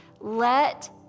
Let